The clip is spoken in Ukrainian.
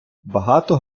багато